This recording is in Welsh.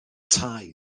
tai